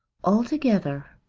altogether.